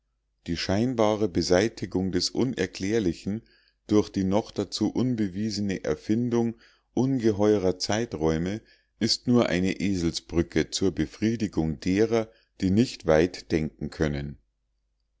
die scheinbare beseitigung des unerklärlichen durch die noch dazu unbewiesene erfindung ungeheurer zeiträume ist nur eine eselsbrücke zur befriedigung derer die nicht weit denken können